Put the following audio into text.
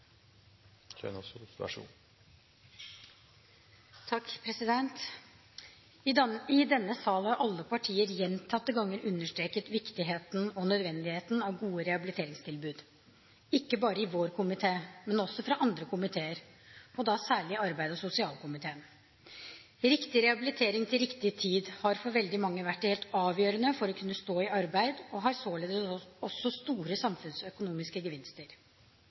I denne sal har alle partier – ikke bare i vår komité, men også i andre komiteer, og da særlig i arbeids- og sosialkomiteen – gjentatte ganger understreket viktigheten og nødvendigheten av gode rehabiliteringstilbud. Riktig rehabilitering til riktig tid har for veldig mange vært det helt avgjørende for å kunne stå i arbeid og har således også store samfunnsøkonomiske gevinster.